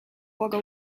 wagga